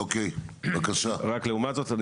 אני רק אבהיר: לעומת זאת,